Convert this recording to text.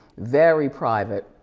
very private.